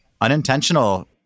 unintentional